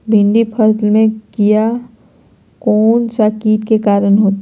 भिंडी फल में किया कौन सा किट के कारण होता है?